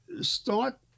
start